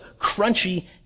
crunchy